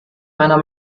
meiner